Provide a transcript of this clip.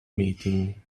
meeting